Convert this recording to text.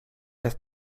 have